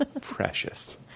precious